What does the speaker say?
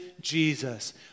Jesus